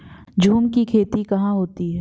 झूम की खेती कहाँ होती है?